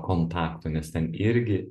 kontaktų nes ten irgi